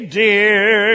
dear